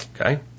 Okay